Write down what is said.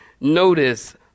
Notice